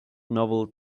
novel